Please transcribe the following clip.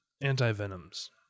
anti-venoms